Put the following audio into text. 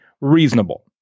reasonable